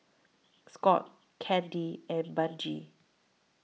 Scot Candi and Benji